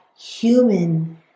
human